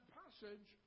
passage